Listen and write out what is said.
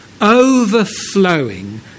overflowing